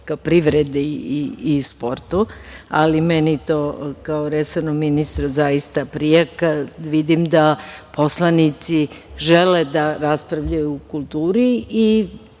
privredi i sportu, ali meni to kao resornom ministru zaista prija, kada vidim da poslanici žele da raspravljaju o kulturi i